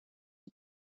are